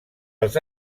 als